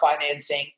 financing